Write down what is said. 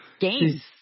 games